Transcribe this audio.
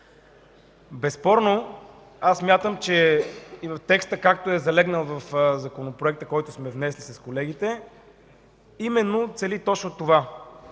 Безспорно аз смятам, че и текстът, както е залегнал в законопроекта, който сме внесли с колегите, именно цели точно това